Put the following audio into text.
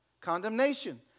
Condemnation